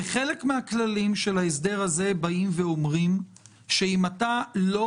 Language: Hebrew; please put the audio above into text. וחלק מן הכללים של ההסדר הזה אומר שאם אתה לא